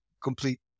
complete